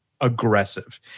aggressive